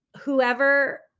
Whoever